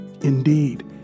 Indeed